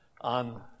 on